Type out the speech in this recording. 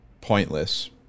pointless